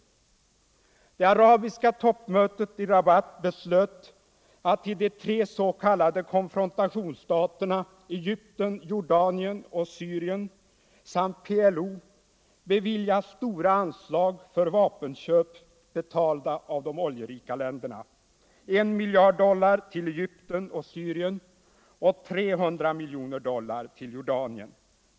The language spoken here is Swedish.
Mellersta Östern, Det arabiska toppmötet i Rabat beslöt att till de tre s.k. konfron = m.m. tationsstaterna — Egypten, Jordanien och Syrien — samt PLO bevilja stora anslag för vapenköp, som kommer att betalas av de oljerika länderna. 1 miljard dollar går till Egypten och Syrien och 300 miljoner dollar till Jordanien.